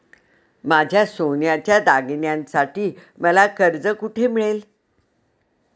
माझ्या सोन्याच्या दागिन्यांसाठी मला कर्ज कुठे मिळेल?